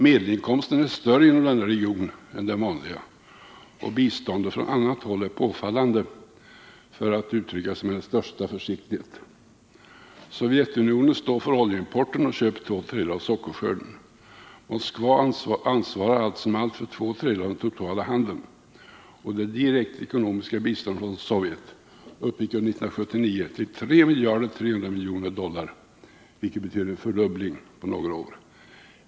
Medelinkomsten är större inom denna region än den vanliga, och biståndet från annat håll är påfallande, för att uttrycka sig med den största försiktighet. Sovjetunionen står för oljeimporten och köper två tredjedelar av sockerskörden. Moskva ansvarar allt som allt för två tredjedelar av den totala handeln, och det direkta ekonomiska biståndet från Sovjet uppgick under 1979 till 3 300 miljoner dollar, vilket betyder en fördubbling på några år.